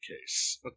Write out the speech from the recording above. case